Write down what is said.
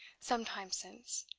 some time since,